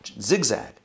Zigzag